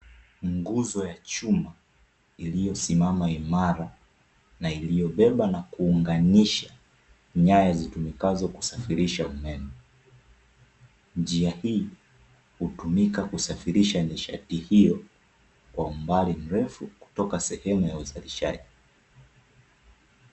Nguzo ya chuma iliyosimama imara na iliyobeba na kuunganisha nyaya zitumikazo kusafirisha umeme. Njia hii utumika kusafirisha nishati hiyo kwa umbali mrefu kutoka sehemu ya uzalishaji.